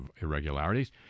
irregularities